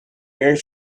very